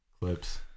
Clips